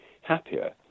happier